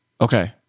Okay